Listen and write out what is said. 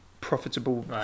profitable